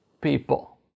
people